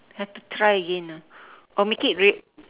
have to try again lah or make it re~